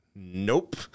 Nope